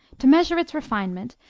to measure its refinement,